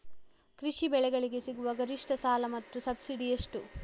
ಕೃಷಿ ಬೆಳೆಗಳಿಗೆ ಸಿಗುವ ಗರಿಷ್ಟ ಸಾಲ ಮತ್ತು ಸಬ್ಸಿಡಿ ಎಷ್ಟು?